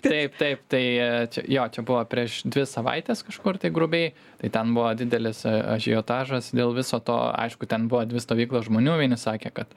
taip taip tai čia jo čia buvo prieš dvi savaites kažkur tai grubiai tai ten buvo didelis ažiotažas dėl viso to aišku ten buvo dvi stovyklos žmonių vieni sakė kad